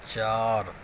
چار